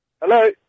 Hello